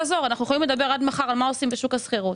יכולים לדבר עד מחר על מה עושים בשוק השכירות,